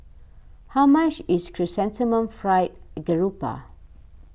how much is Chrysanthemum Fried Garoupa